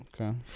Okay